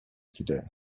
today